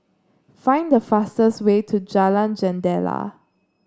find the fastest way to Jalan Jendela